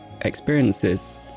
experiences